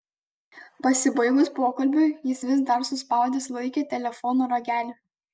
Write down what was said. pasibaigus pokalbiui jis vis dar suspaudęs laikė telefono ragelį